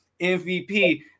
MVP